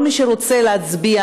כל מי שרוצה להצביע,